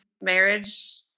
Marriage